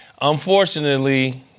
Unfortunately